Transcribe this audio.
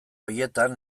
horietan